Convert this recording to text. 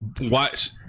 watch